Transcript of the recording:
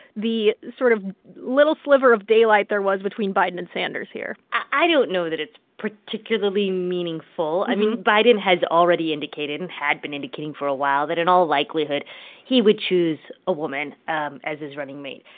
the sort of little sliver of daylight there was between biden and sanders here? i don't know that it's particularly meaningful. i mean, biden has already indicated and had been indicating for a while that in all likelihood he would choose a woman um as his running mate.